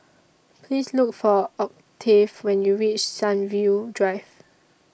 Please Look For Octave when YOU REACH Sunview Drive